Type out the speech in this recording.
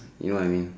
you know I mean